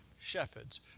shepherds